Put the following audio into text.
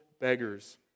beggars